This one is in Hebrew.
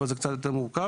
אבל זה קצת יותר מורכב.